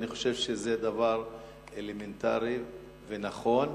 ואני חושב שזה דבר אלמנטרי ונכון.